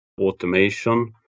automation